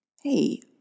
hey